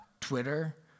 Twitter